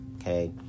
Okay